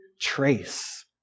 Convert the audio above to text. trace